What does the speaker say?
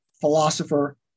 philosopher